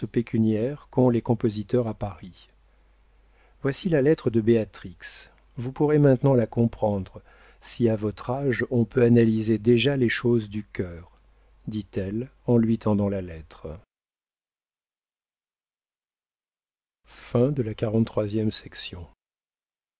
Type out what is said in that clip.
pécuniaires qu'ont les compositeurs à paris voici la lettre de béatrix vous pourrez maintenant la comprendre si à votre âge on peut analyser déjà les choses du cœur dit-elle en lui tendant la lettre